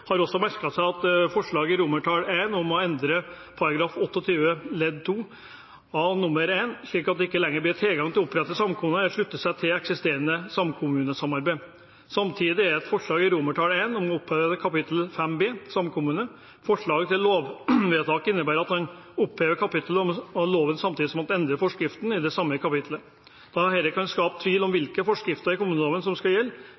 har også merket seg forslaget i I om å endre § 28-2 a. nr. 1, slik at det ikke lenger blir tilgang til å opprette samkommuner eller slutte seg til eksisterende samkommunesamarbeid. Samtidig er det et forslag i I om å oppheve kapittel 5 B Samkommune. Forslag til lovvedtak innebærer at man opphever et kapittel i loven samtidig som man endrer en av bestemmelsene i det samme kapittelet. Da dette kan skape tvil om hvilke bestemmelser i kommuneloven som skal gjelde,